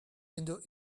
into